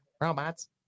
robots